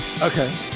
Okay